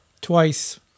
Twice